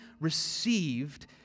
received